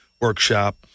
workshop